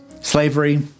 slavery